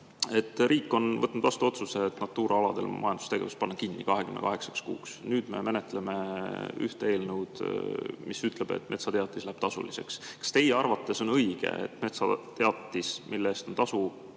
Riik on võtnud vastu otsuse panna Natura aladel majandustegevus 28 kuuks kinni. Nüüd me menetleme ühte eelnõu, mis ütleb, et metsateatis läheb tasuliseks. Kas teie arvates on õige, et metsateatis, mille eest on tasu